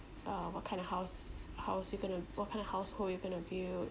uh what kind of house house you going to what kind of household you going to build